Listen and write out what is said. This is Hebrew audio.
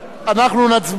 אנחנו נצביע,